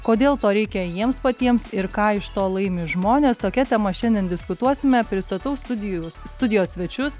kodėl to reikia jiems patiems ir ką iš to laimi žmonės tokia tema šiandien diskutuosime pristatau studijuos studijos svečius